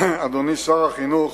אדוני שר החינוך,